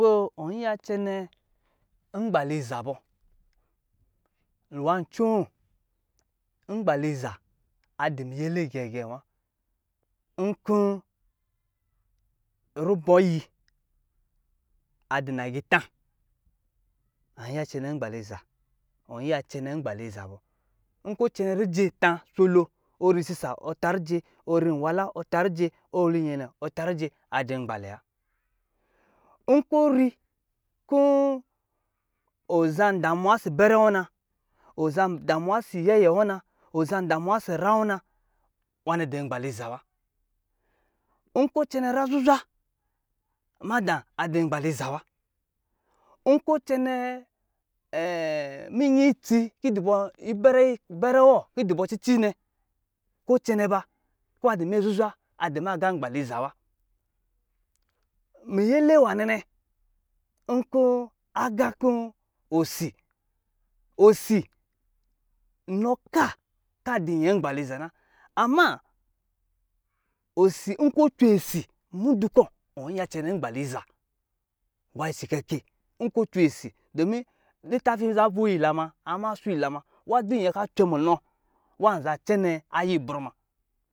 Soo ɔ iya cɛnɛ ngbaliza bɔ. Nwá ncoo, ngbaliza a di miyɛlɛ gɛgɛ̄ wa. Nkɔ̄ rubɔ yi a di nagitá, lan iya cɛnɛ ngbaliza, ɔ iya cɛnɛ ngbaliza bɔ. Nkɔ̄ cɛnɛ rije tá soloo, ɔ ri sisa ɔ ta rije, ɔ ri nwaala ɔ ta rije. ɔ ri nyɛne ɔ ta rije, a jɛ ngbalɛ wa. Nkɔ̄ ro, kɔ̄ ɔ zan damuwa isi bɛrɛ wɔ na, ɔ zan damuwa isi ra wɔ na, nwanɛ di ngbaliza wa. Nkɔ̄ cɛnɛ ra zuzwa mada di ngbaliza wa. Nkɔ̄ cɛnɛ minyi itsi ki yi di bɔ cici ne, kɔ̄ cɛnɛ ba, kɔ̄ ba dɔ minyɛ zuzwa, a di maa agá ngbaliza wa. Miyɛlɛ nwanɛ nɛ, nkɔ̄ agá kɔ̄ osi. osi inɔ kaa ka di nyɛ ngbaliza na. Amma osi, nkɔ̄ cwe si mudu kɔ̄, ɔ iya cɛnɛ nhgbaliza wa cikakɛ nkɔ̄ cwe si, dɔmin litafi za bɔyɛ la ma, a ma so ila ma, wa dɔ̄ nyɛ ka cwe munɔ, wá za cɛnɛ ayibrɔ ma.